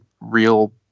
real